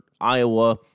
Iowa